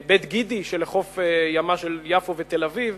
בית גידי שלחוף ימה של יפו, תל-אביב.